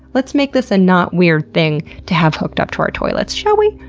let's make this a not-weird thing to have hooked up to our toilets, shall we?